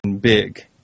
big